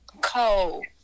cold